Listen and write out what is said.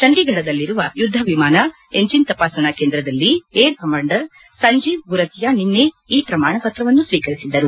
ಚಂಡೀಗಢದಲ್ಲಿರುವ ಯುದ್ದ ವಿಮಾನ ಎಂಜಿನ್ ತಪಾಸಣಾ ಕೇಂದ್ರದಲ್ಲಿ ಏರ್ಕಮಾಂಡರ್ ಸಂಜೀವ್ ಗುರತಿಯ ನಿನ್ನೆ ಈ ಪ್ರಮಾಣ ಪತ್ರವನ್ನು ಸ್ವೀಕರಿಸಿದರು